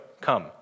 come